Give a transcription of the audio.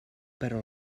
però